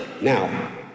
Now